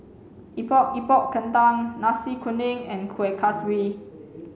epok epok kentang nasi kuning and kueh kaswi